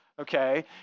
okay